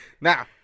Now